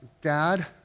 dad